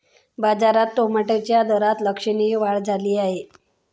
बाजारात टोमॅटोच्या दरात लक्षणीय वाढ झाली आहे